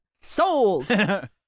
sold